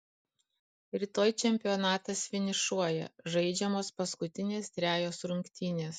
rytoj čempionatas finišuoja žaidžiamos paskutinės trejos rungtynės